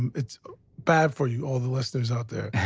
and it's bad for you, all the listeners out there.